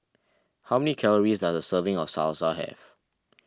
how calories does a serving of Salsa have